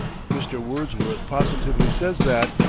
mr. wordsworth positively says that,